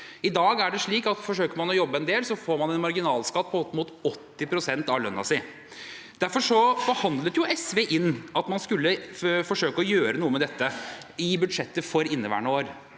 I dag er det slik at om man forsøker å jobbe en del, får man en marginalskatt på opp mot 80 pst. av lønnen sin. Derfor forhandlet SV inn at man skulle forsøke å gjøre noe med dette i budsjettet for inneværende år.